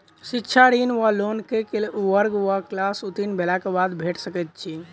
शिक्षा ऋण वा लोन केँ वर्ग वा क्लास उत्तीर्ण भेलाक बाद भेट सकैत छी?